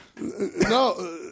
No